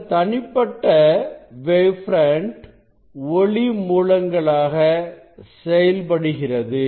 இந்த தனிப்பட்ட wavefront ஒளி மூலங்களாக செயல்படுகிறது